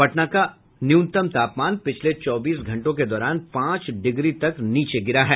पटना का अधिकतम और न्यूनतम तापमान पिछले चौबीस घंटों के दौरान पांच डिग्री तक नीचे गिरा है